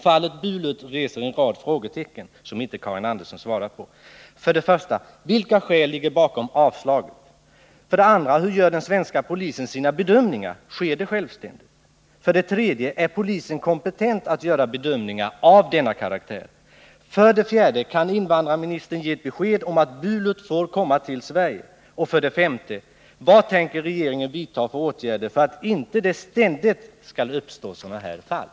Fallet Bulut ger anledning till en rad frågor som Karin Andersson inte har svarat på. För det första: Vilka skäl ligger bakom avslaget? För det andra: Hur gör den svenska polisen sina bedömningar, sker det självständigt? För det tredje: Är polisen kompetent att göra bedömningar av denna karaktär? För det fjärde: Kan invandrarministern ge besked om att Bulut får komma till Sverige? För det femte: Vad tänker regeringen vidta för åtgärder för att det inte ständigt skall uppstå sådana här fall?